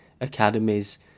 academies